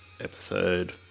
Episode